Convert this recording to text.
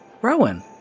Rowan